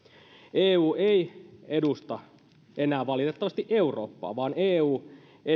eu ei edusta enää valitettavasti eurooppaa vaan eu